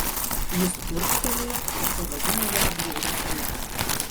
jis urgztelėjo ir pavadino ją bjauria kale